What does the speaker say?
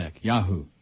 yahoo